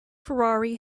ferrari